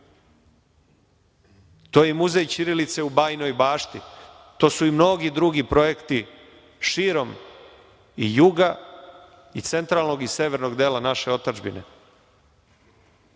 To je i muzej ćirilice u Bajinoj Bašti. To su i mnogi drugi projekti širom juga i centralnog i severnog dela naše otadžbine.